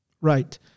right